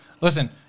Listen